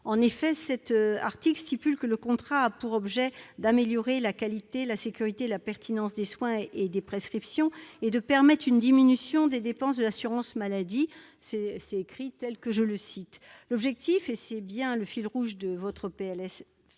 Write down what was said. En effet, cet article dispose que le contrat a pour objet d'améliorer la qualité, la sécurité et la pertinence des soins et des prescriptions et de permettre une diminution des dépenses de l'assurance maladie. L'objectif, et c'est bien le fil rouge de votre PLFSS,